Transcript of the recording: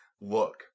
look